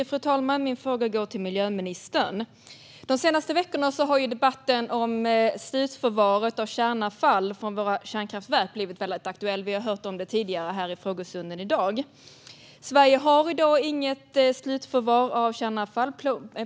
Fru talman! Min fråga går till miljöministern. De senaste veckorna har debatten om slutförvaret av kärnavfallet från våra kärnkraftverk blivit väldigt aktuell. Vi har hört om det tidigare här i frågestunden i dag. Sverige har i dag inget slutförvar av kärnavfall.